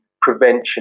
prevention